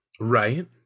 Right